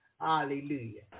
Hallelujah